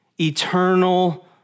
eternal